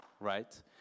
right